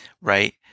right